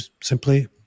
simply